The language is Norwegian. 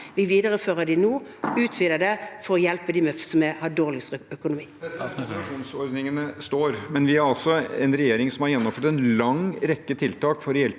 Vi viderefører dem nå og utvider det for å hjelpe dem som har dårligst økonomi.